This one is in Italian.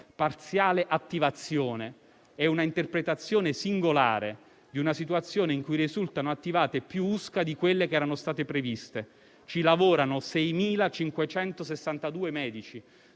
Parziale attivazione è quindi un'interpretazione singolare di una situazione in cui risultano attivate più USCA di quelle che erano state previste. In esse lavorano 6.562 medici,